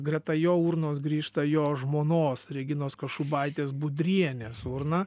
greta jo urnos grįžta jo žmonos reginos kašubaitės budrienės urna